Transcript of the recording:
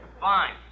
Fine